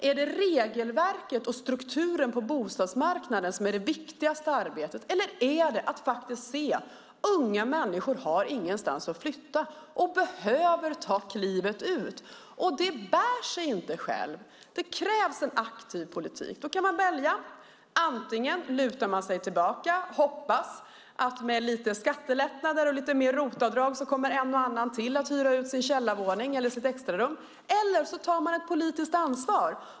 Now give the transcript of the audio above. Är det regelverket och strukturen på bostadsmarknaden som är det viktigaste eller är det att se att unga människor inte har någonstans att flytta? De unga behöver ta klivet ut. För det krävs en aktiv politik. Man kan välja. Antingen kan man luta sig tillbaka och hoppas att med skattelättnader och mer ROT-avdrag kommer en och annan ytterligare att hyra ut sin källarvåning eller sitt extrarum, eller också tar man ett politiskt ansvar.